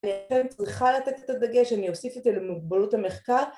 צריכה לתת את הדגש, אני אוסיף את זה למוגבלות המחקר